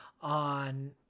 on